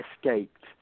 escaped